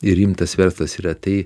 ir rimtas verslas yra tai